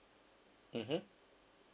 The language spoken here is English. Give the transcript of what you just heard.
mmhmm